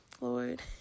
Lord